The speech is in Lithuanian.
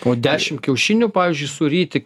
po dešim kiaušinių pavyzdžiui suryti